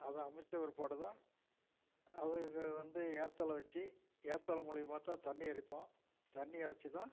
அதை அமைச்ச பிற்பாடு தான் அதுக்கு வந்து ஏத்தல் வெச்சு ஏத்தல் மூலிமா தான் தண்ணி எறைப்போம் தண்ணி எறைச்சு தான்